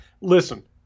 Listen